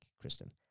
Kristen